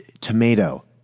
tomato